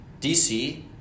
DC